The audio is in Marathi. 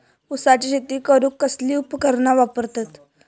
ऊसाची शेती करूक कसली उपकरणा वापरतत?